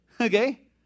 Okay